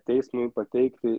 teismui pateikti